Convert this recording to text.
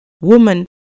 Woman